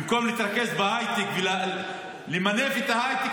במקום להתרכז בהייטק ולמנף את ההייטק,